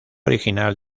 original